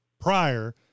prior